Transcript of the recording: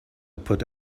put